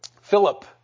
Philip